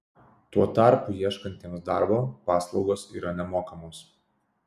tuo tarpu ieškantiems darbo paslaugos yra nemokamos